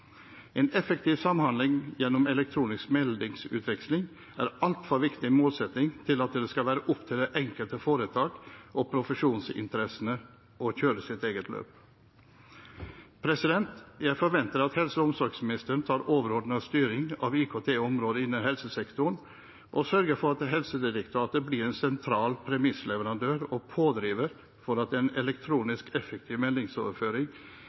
En effektiv samhandling gjennom elektronisk meldingsutveksling er en altfor viktig målsetting til at det skal være opp til det enkelte foretak og profesjonsinteressene å kjøre sitt eget løp. Jeg forventer at helse- og omsorgsministeren tar overordnet styring av IKT-området innen helse- og omsorgssektoren og sørger for at Helsedirektoratet blir en sentral premissleverandør og pådriver for at en elektronisk, effektiv meldingsoverføring i helse- og omsorgssektoren, slik vi forventer det, blir en